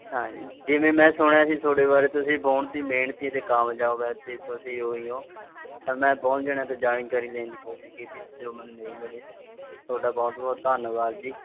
ਹਾਂਜੀ ਜਿਵੇਂ ਮੈਂ ਸੁਣਿਆ ਸੀ ਤੁਹਾਡੇ ਬਾਰੇ ਤੁਸੀਂ ਬਹੁਤ ਹੀ ਮਿਹਨਤੀ ਅਤੇ ਕਾਮਯਾਬ ਹੈ ਅਤੇ ਤੁਸੀਂ ਉਹੀ ਹੋ ਤਾਂ ਮੈਂ ਬਹੁਤ ਜਣਿਆਂ ਤੋਂ ਜਾਣਕਾਰੀ ਲੈਣ ਦੀ ਕੋਸ਼ਿਸ਼ ਕੀਤੀ ਸੀ ਜੋ ਮੈਨੂੰ ਨਹੀਂ ਮਿਲੀ ਤੁਹਾਡਾ ਬਹੁਤ ਬਹੁਤ ਧੰਨਵਾਦ ਜੀ